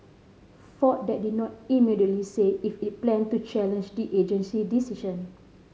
Ford that did not immediately say if it planned to challenge the agency decision